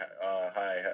hi